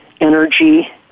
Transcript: energy